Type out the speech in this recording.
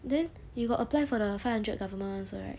then you got apply for the five hundred government [one] also right